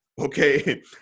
Okay